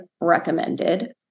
recommended